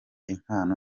impano